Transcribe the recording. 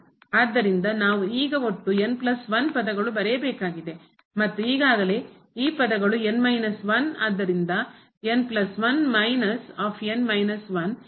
ಆದ್ದರಿಂದ ನಾವು ಈಗ ಒಟ್ಟು ಪದಗಳು ಬರೆಯ ಬೇಕಾಗಿದೆ ಮತ್ತು ಈಗಾಗಲೇ ಈ ಪದಗಳು ಆದ್ದರಿಂದ